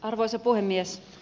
arvoisa puhemies